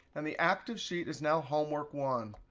and the active sheet is now homework one.